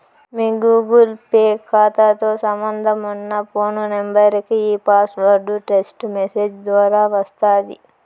మీ Google Pay కాతాతో సంబంధమున్న phone నెంబరికి ఈ పాస్వార్డు టెస్టు మెసేజ్ దోరా వస్తాది